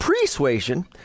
persuasion